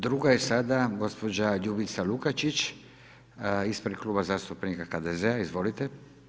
Druga je sada gospođa Ljubica Lukačić, ispred Kluba zastupnika HDZ-a, izvolite.